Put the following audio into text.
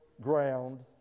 ground